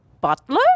butler